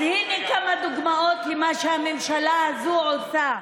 אז הינה כמה דוגמאות למה שהממשלה הזו עושה,